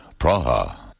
Praha